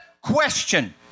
question